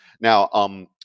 now